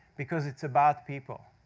because it's about people.